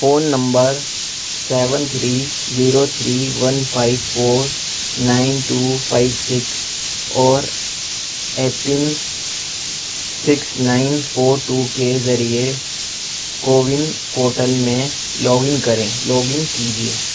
phone number seven three zero three one five four nine two five six اور app pin six nine four two کے ذریعے CoWIN portal میں log in کریں log in کیجیے